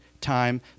time